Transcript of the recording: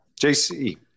JC